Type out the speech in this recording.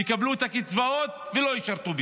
יקבלו את הקצבאות ולא ישרתו בצה"ל.